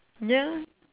ya